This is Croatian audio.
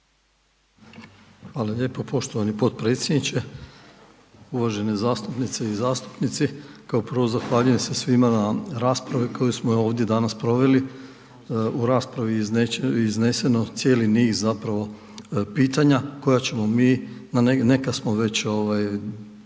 Hvala lijepo poštovani potpredsjedniče, uvažene zastupnice i zastupnici. Kao prvo, zahvaljujem se svima na raspravi koju smo ovdje danas proveli, u raspravi je izneseno cijeli zapravo pitanja koja ćemo mi, na neka smo već